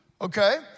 okay